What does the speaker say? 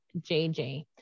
JJ